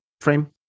frame